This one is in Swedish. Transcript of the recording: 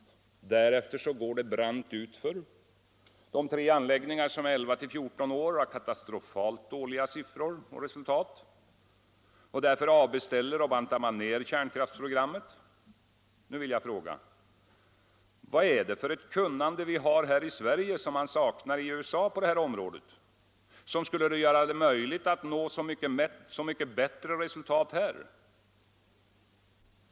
Därefter går det brant utför. De tre anläggningar som är 11-14 år har katastrofalt dåliga resultat. Därför avbeställer och bantar man ner kärnkraftsprogrammet. Nu vill jag fråga: Vad är det för ett kunnande vi har här i Sverige som man saknar i USA och som skulle göra det möjligt att nå så mycket bättre resultat här?